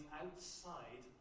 outside